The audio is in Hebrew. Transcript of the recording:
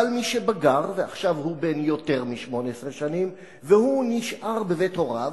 אבל משבגר ועכשיו הוא בן יותר מ-18 שנים והוא נשאר בבית הוריו,